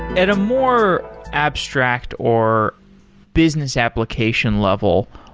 at a more abstract, or business application level,